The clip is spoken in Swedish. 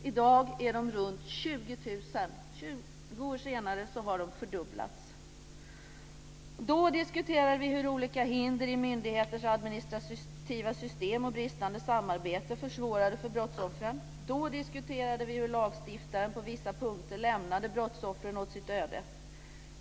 I dag är de runt 20 000. 20 år senare har de alltså fördubblats. Då diskuterade vi hur olika hinder i myndigheters administrativa system och bristande samarbete försvårade för brottsoffren. Då diskuterade vi hur lagstiftaren på vissa punkter lämnade brottsoffren åt sitt öde.